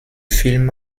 film